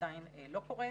שעדיין לא קורה,